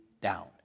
down